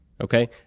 Okay